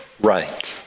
right